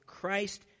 Christ